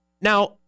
Now